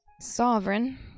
Sovereign